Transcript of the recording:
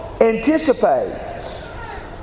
anticipates